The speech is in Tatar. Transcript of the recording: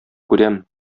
күрәм